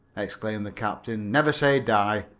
exclaimed the captain. never say die.